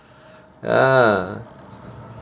ah